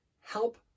help